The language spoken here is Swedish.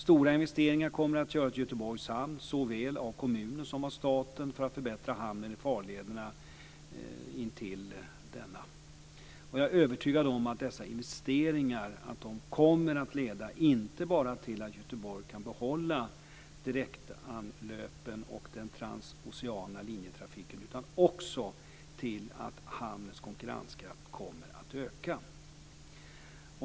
Stora investeringar kommer att göras såväl av kommunen som av staten för att förbättra farlederna in till Göteborgs hamn. Jag är övertygad om att dessa investeringar kommer att leda inte bara till att Göteborg kan behålla direktanlöpen och den transoceana linjetrafiken utan också till att hamnens konkurrenskraft kommer att öka.